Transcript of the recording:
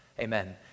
amen